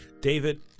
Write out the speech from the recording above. David